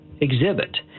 exhibit